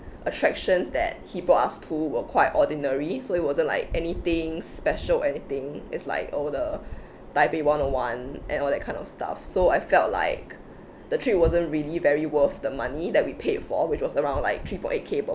attractions that he brought us to were quite ordinary so it wasn't like anything special anything is like all the taipei one O one and all that kind of stuff so I felt like the trip wasn't really very worth the money that we paid for which was around like three point eight K per